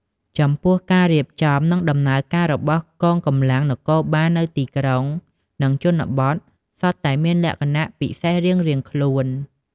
ចំពោះការរៀបចំ និងដំណើរការរបស់កងកម្លាំងនគរបាលនៅទីក្រុង និងជនបទ សុទ្ធតែមានលក្ខណៈពិសេសរៀងៗខ្លួន។